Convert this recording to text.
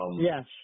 Yes